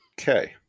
Okay